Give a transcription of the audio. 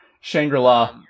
Shangri-La